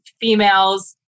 females